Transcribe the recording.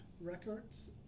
records